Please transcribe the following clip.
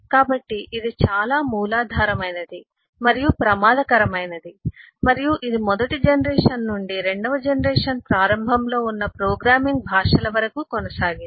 కాబట్టి ఇది చాలా మూలాధారమైనది మరియు ప్రమాదకరమైంది మరియు ఇది మొదటి జనరేషన్ నుండి రెండవ జనరేషన్ ప్రారంభంలో ఉన్న ప్రోగ్రామింగ్ భాషల వరకు కొనసాగింది